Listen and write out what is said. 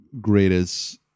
greatest